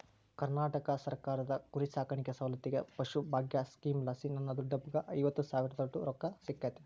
ಕರ್ನಾಟಕ ಸರ್ಕಾರದ ಕುರಿಸಾಕಾಣಿಕೆ ಸೌಲತ್ತಿಗೆ ಪಶುಭಾಗ್ಯ ಸ್ಕೀಮಲಾಸಿ ನನ್ನ ದೊಡ್ಡಪ್ಪಗ್ಗ ಐವತ್ತು ಸಾವಿರದೋಟು ರೊಕ್ಕ ಸಿಕ್ಕತೆ